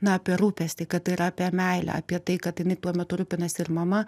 na apie rūpestį kad tai yra apie meilę apie tai kad jinai tuo metu rūpinasi ir mama